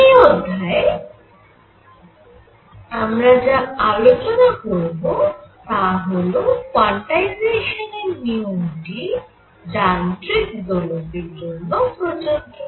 এই অধ্যায়ে আমরা যা আলোচনা করব তা হল কোয়ান্টাইজেশান এর নিয়মটি যান্ত্রিক দোলকের জন্য প্রযোজ্য